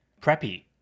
preppy